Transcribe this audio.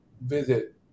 visit